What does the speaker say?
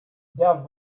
der